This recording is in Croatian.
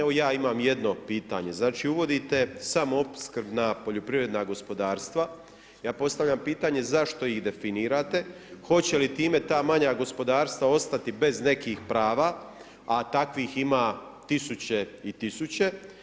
Evo ja imam jedno pitanje, znači uvodite samoopskrbna poljoprivredna gospodarstva, ja postavljam pitanje zašto ih definirate, hoće li time ta manja gospodarstva ostati bez nekih prava a takvih ima tisuće i tisuće.